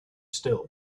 still